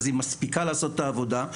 אז היא מספיקה לעשות את העבודה.